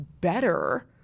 better